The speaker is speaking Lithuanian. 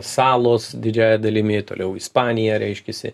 salos didžiąja dalimi toliau ispanija reiškiasi